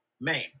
Man